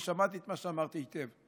ושמעתי את מה שאמרת היטב.